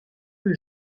que